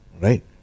right